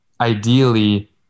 Ideally